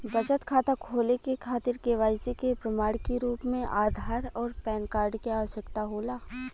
बचत खाता खोले के खातिर केवाइसी के प्रमाण के रूप में आधार आउर पैन कार्ड के आवश्यकता होला